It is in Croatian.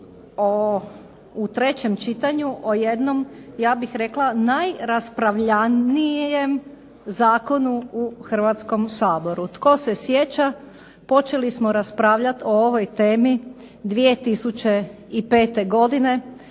u trećem čitanju o jednom ja bih rekla najraspravljanijem zakonu u Hrvatskom saboru. Tko se sjeća počeli smo raspravljati o ovoj temi 2005. godine,